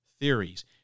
theories